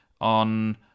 on